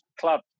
club